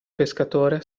pescatore